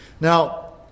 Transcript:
Now